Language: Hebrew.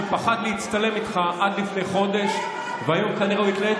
שפחד להצטלם איתך עד לפני חודש והיום כנראה הוא יתלה את